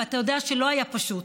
ואתה יודע שלא היה פשוט,